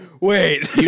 wait